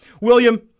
William